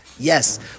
Yes